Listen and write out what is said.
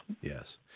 yes